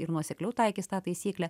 ir nuosekliau taikys tą taisyklę